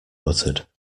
buttered